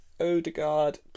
Odegaard